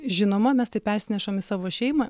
žinoma mes tai persinešam į savo šeimą